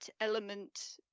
element